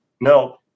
No